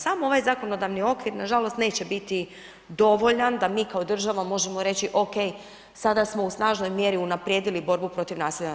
Sam ovaj zakonodavni okvir nažalost neće biti dovoljan da mi kao država možemo reći, okej, sada smo u snažnoj mjeri unaprijedili borbu protiv nasilja.